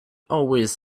always